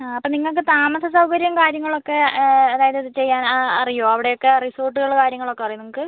ആ അപ്പം നിങ്ങക്ക് താമസ സൗകര്യം കാര്യങ്ങളൊക്കെ അതായത് ഇത് ചെയ്യാൻ അറിയുവോ അവിടെ ഒക്കെ റിസോർട്ടുകൾ കാര്യങ്ങൾ ഒക്കെ അറിയുവോ നിങ്ങൾക്ക്